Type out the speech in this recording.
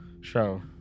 show